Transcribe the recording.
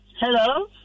Hello